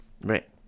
Right